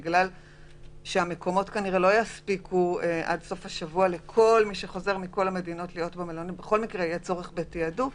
המלוניות כנראה לא יספיקו עד סוף השבוע ויהיה צורך בתעדוף,